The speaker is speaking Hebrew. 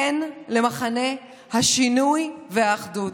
כן למחנה השינוי והאחדות.